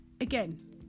Again